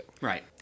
Right